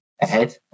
ahead